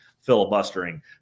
filibustering